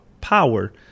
power